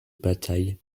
bataille